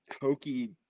hokey